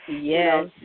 yes